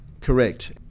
Correct